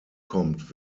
kommt